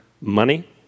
money